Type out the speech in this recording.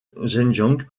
zhejiang